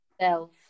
self